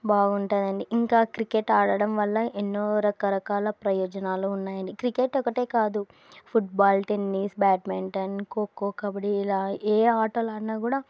బాగుంటుందండి ఇంకా క్రికెట్ ఆడడం వల్ల ఎన్నో రకరకాల ప్రయోజనాలు ఉన్నాయండి క్రికెట్ ఒకటే కాదు football tennis badminton kho kho kabaddi ఇలా ఏ ఆటలు ఆడినా కూడా